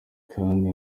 kandi